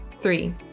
Three